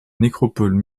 nécropole